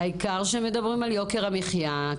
העיקר שמדברים על יוקר המחיה.